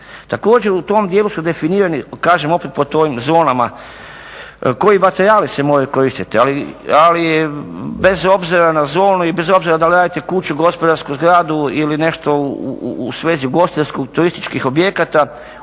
Također, u tom dijelu su definirani kažem opet po tim zonama koji materijali se moraju koristiti, ali bez obzira na zonu i bez obzira da li radite kuću, gospodarsku zgradu ili nešto u svezi ugostiteljsko-turističkih objekata